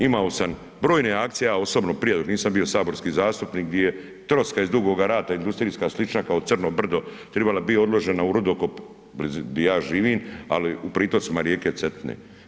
Imao sam brojne akcije ja osobno prije dok nisam bio saborski zastupnik gdje troska iz Dugoga rata industrijska, slična kao crno brdo trebala biti odložena u rudokop blizu gdje ja živim, ali u pritocima rijeke Cetine.